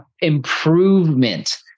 improvement